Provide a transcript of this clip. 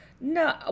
no